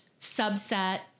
subset